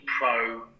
pro